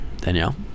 Danielle